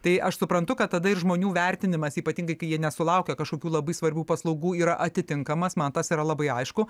tai aš suprantu kad tada ir žmonių vertinimas ypatingai kai jie nesulaukia kažkokių labai svarbių paslaugų yra atitinkamas man tas yra labai aišku